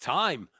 time